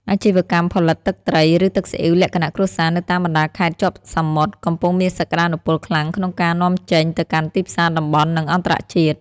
អាជីវកម្មផលិតទឹកត្រី ឬទឹកស៊ីអ៊ីវលក្ខណៈគ្រួសារនៅតាមបណ្ដាខេត្តជាប់សមុទ្រ កំពុងមានសក្ដានុពលខ្លាំងក្នុងការនាំចេញទៅកាន់ទីផ្សារតំបន់ និងអន្តរជាតិ។